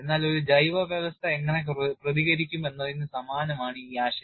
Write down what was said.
എന്നാൽ ഒരു ജൈവവ്യവസ്ഥ എങ്ങനെ പ്രതികരിക്കും എന്നതിന് സമാനമാണ് ഈ ആശയം